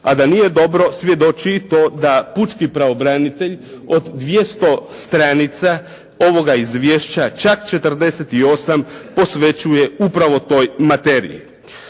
a da nije dobro svjedoči i to da pučki pravobranitelj od 200 stranica ovoga izvješća, čak 48 posvećuje upravo toj materiji.